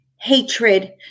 hatred